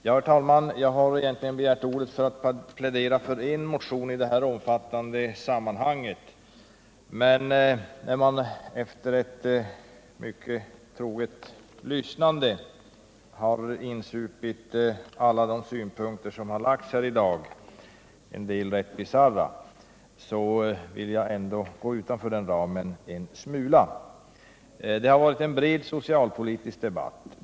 Herr talman! Jag begärde egentligen ordet för att plädera för en enda motion i detta omfattande sammanhang, men efter att under ett mycket troget lyssnande ha insupit alla de synpunkter som framförts här i dag —-en del av dem rätt bisarra — vill jag ändå gå utanför denna ram en smula. Här har förts en bred socialpolitisk debatt.